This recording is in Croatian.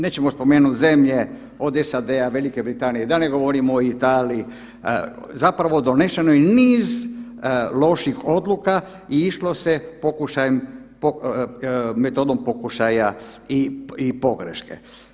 Nećemo spomenuti zemlje od SAD-a, Velike Britanije, da ne govorimo o Italiji zapravo donešeno je niz loših odluka i išlo se metodom pokušaja i pogreške.